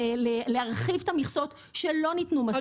להרחיב את המכסות שלא ניתנו מספיק.